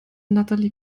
natalie